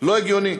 לא הגיוני.